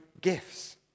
gifts